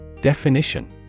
Definition